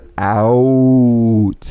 out